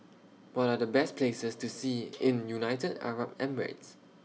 What Are The Best Places to See in United Arab Emirates